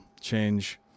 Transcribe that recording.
change